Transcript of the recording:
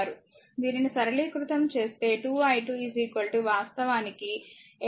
దీనిని సరళీకృతం చేస్తే 2 i2 వాస్తవానికి 83 i 16 i 12 i2